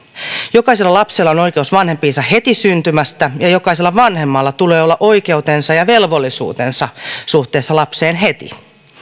jokaisella lapsella on oikeus vanhempiinsa heti syntymästä ja jokaisella vanhemmalla tulee olla oikeutensa ja velvollisuutensa suhteessa lapseen heti